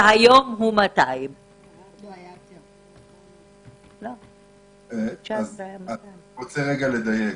והיום הוא 200. אני רוצה לדייק,